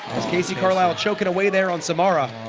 as kacee carlisle choking away there on samara